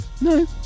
No